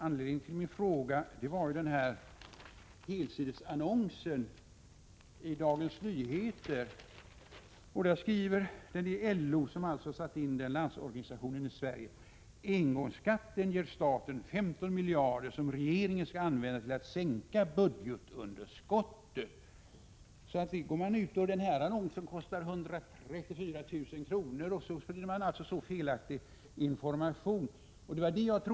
Anledningen till min fråga var en helsidesannons i Dagens Nyheter, som LO — Landsorganisationen i Sverige — har satt in. Där heter det: ”Engångsskatten ger staten 15 miljarder som regeringen ska använda för att sänka budgetunderskottet.” Den annonsen kostar 134 000 kr., och så sprider man så felaktig information!